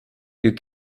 you